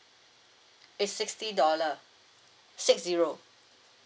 is sixty dollar six zero